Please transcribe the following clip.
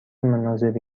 مناظری